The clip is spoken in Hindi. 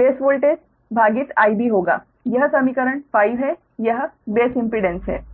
बेस वोल्टेज भागित 𝑰𝑩 होगा यह समीकरण 5 है यह बेस इम्पीडेंस है